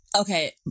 okay